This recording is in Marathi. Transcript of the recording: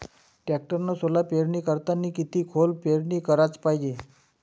टॅक्टरनं सोला पेरनी करतांनी किती खोल पेरनी कराच पायजे?